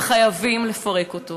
וחייבים לפרק אותו.